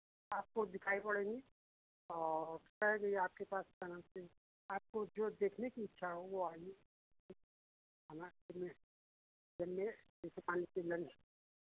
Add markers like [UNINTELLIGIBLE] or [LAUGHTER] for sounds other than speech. आपको दिखाई पड़ेंगी और रुपए भी आपके पास क्या नाम से आपको जो देखने की इच्छा हो वो आइए [UNINTELLIGIBLE] चलिए [UNINTELLIGIBLE]